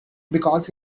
because